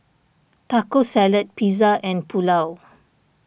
Taco Salad Pizza and Pulao